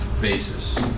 basis